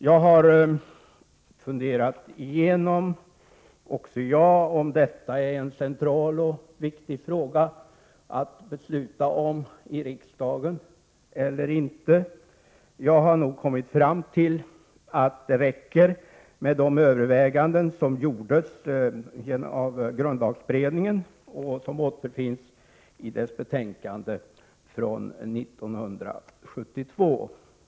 Jag har funderat igenom om detta är en central och viktig fråga att besluta om i riksdagen eller inte och då kommit fram till att det räcker med de överväganden som gjordes av grundlagberedningen och som återfinns i dess betänkande från 1972.